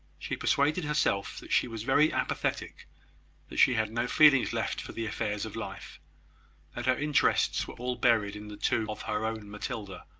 she persuaded herself that she was very apathetic that she had no feelings left for the affairs of life that her interests were all buried in the tomb of her own matilda.